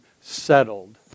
settled